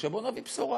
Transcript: ה-69 בואו נביא בשורה,